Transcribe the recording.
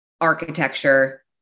architecture